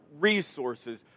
resources